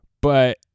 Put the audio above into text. but-